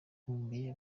nkumbuye